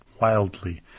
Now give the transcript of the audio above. wildly